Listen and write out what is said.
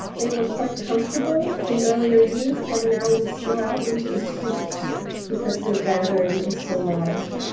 they were quite comfortable in earlier years, and now we spill out into the streets because the gathering is so large.